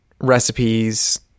recipes